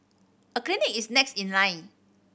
a clinic is next in line